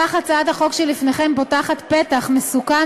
בכך הצעת החוק שלפניכם פותחת פתח מסוכן